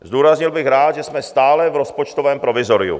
Zdůraznil bych rád, že jsme stále v rozpočtovém provizoriu!